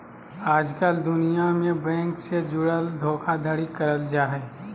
आजकल दुनिया भर मे बैंक से जुड़ल धोखाधड़ी करल जा हय